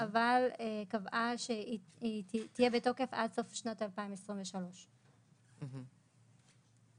אבל קבעה שהיא תהיה בתוקף עד סוף שנת 2023. אוקי.